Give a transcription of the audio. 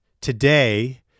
today